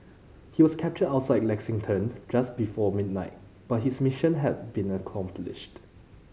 he was captured outside Lexington just before midnight but his mission had been accomplished